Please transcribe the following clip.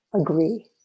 agree